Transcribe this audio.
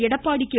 Edappadi K